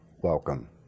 welcome